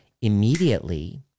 immediately